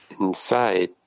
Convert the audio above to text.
inside